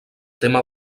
tema